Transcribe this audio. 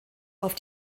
auf